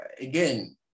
Again